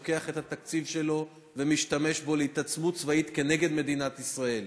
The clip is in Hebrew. שלוקח את התקציב שלו ומשתמש בו להתעצמות צבאית כנגד מדינת ישראל,